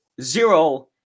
zero